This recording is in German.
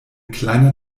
kleiner